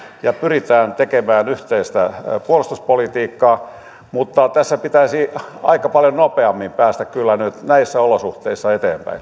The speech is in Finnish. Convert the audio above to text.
ja pyritään tekemään yhteistä puolustuspolitiikkaa mutta tässä pitäisi aika paljon nopeammin päästä kyllä nyt näissä olosuhteissa eteenpäin